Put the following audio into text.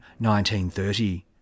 1930